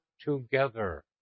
together